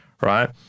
right